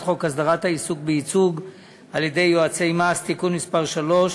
חוק הסדרת העיסוק בייצוג על-ידי יועצי מס (תיקון מס' 3),